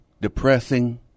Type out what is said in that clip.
depressing